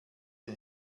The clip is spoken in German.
den